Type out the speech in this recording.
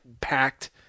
packed